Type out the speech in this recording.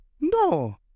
no